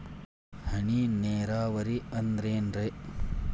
ಹನಿ ನೇರಾವರಿ ಅಂದ್ರೇನ್ರೇ?